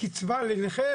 קצבה לנכה,